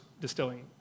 distilling